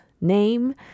name